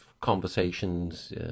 conversations